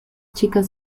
chicas